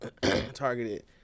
targeted